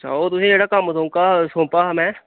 अच्छा ओह् तुसें ई जेह्ड़ा कम्म सौंका सौंपा हा में